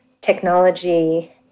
technology